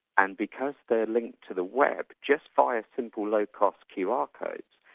and because they're like to the web, just by a simple low-cost qr ah code,